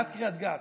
ליד קריית גת.